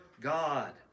God